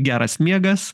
geras miegas